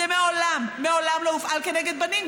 זה מעולם מעולם לא הופעל כנגד בנים.